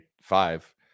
five